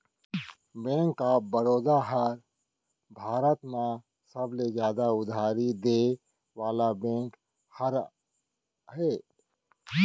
bank of Baroda ह भारत म सबले जादा उधारी देय वाला बेंक हरय